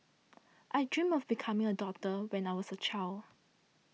I dreamt of becoming a doctor when I was a child